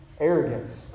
Arrogance